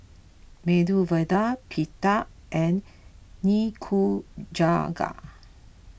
Medu Vada Pita and Nikujaga